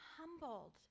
humbled